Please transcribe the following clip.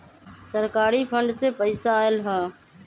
सरकारी फंड से पईसा आयल ह?